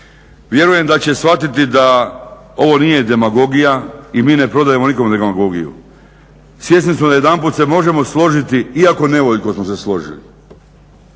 Vjerujem da će shvatiti da ovo nije demagogija i mi ne prodajemo nikome demagogiju. Svjesni smo da se jedanput možemo složiti iako nevoljko smo se složili,